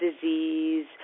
disease